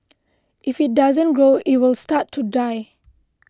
if it doesn't grow it will start to die